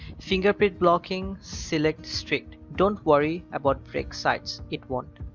fingerprint blocking select strict. don't worry about break sites, it won't.